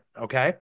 okay